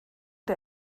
der